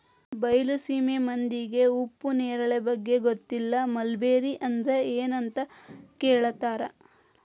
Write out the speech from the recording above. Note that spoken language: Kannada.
ಬೈಲಸೇಮಿ ಮಂದಿಗೆ ಉಪ್ಪು ನೇರಳೆ ಬಗ್ಗೆ ಗೊತ್ತಿಲ್ಲ ಮಲ್ಬೆರಿ ಅಂದ್ರ ಎನ್ ಅಂತ ಕೇಳತಾರ